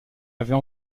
m’avait